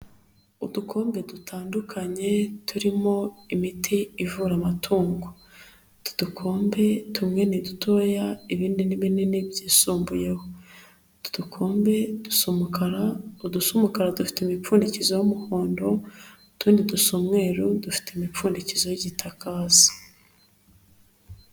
Udukombe dutandukanye, turimo imiti ivura amatungo, utu dukombe tumwene dutoya, ibindi ni bininini byisumbuyeho, udukombe dusa umukara, udusu umukara dufite imipfundikizo y'umuhondo, utundi dusa umweru, dufite imipfundikizo y'igitaka hasi.